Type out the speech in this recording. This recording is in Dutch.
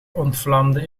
ontvlamde